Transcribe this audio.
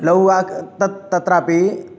लौवाक् तत् तत्रापि